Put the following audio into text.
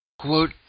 quote